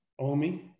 Omi